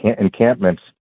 encampments